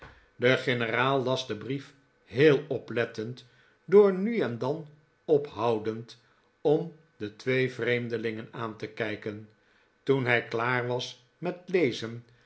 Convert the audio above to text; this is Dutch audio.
de generaal las den brief heel oplettend door nu en dan ophoudend om de twee vreemdelingen aan te kijken toen hij klaar was met lezen